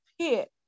pit